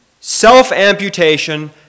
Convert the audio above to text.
self-amputation